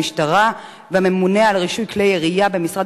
המשטרה והממונה על רשות כלי ירייה במשרד